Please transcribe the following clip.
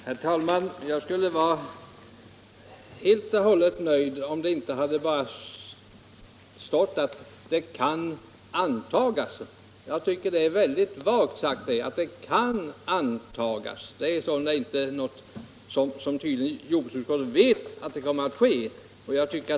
Herr talman! Jag skulle vara helt och hållet nöjd, om det inte hade stått att det kan antragas att utredningen kan få betydelse för dessa förhållanden. Jag anser att det är synnerligen vagt sagt att det kan antagas — precis som om det inte vore någonting som jordbruksutskottet ver kommer att ske.